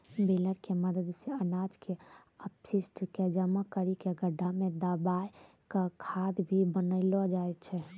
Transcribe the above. baler के मदद सॅ अनाज के अपशिष्ट क जमा करी कॅ गड्ढा मॅ दबाय क खाद भी बनैलो जाय छै